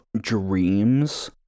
dreams